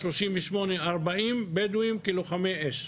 גייסנו 40-37 בדואים כלוחמי אש.